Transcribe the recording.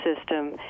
system